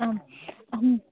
आम् अहम्